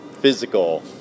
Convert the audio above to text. physical